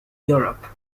europe